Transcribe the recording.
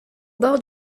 bord